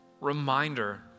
reminder